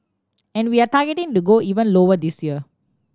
and we are targeting to go even lower this year